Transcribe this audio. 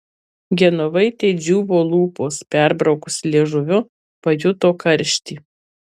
genovaitei džiūvo lūpos perbraukusi liežuviu pajuto karštį